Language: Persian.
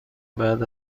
بعد